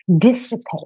dissipate